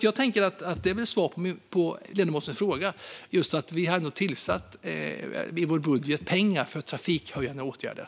Jag tänker att detta är svar på ledamotens fråga: att vi har avsatt pengar i vår budget för trafiksäkerhetshöjande åtgärder.